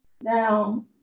Now